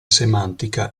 semantica